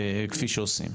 כפי שעושים.